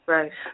Right